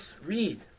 read